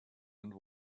and